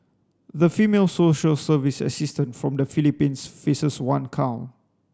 the female social service assistant from the Philippines faces one count